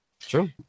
True